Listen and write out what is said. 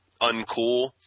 uncool